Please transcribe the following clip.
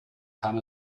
kam